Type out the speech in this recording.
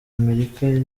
amerika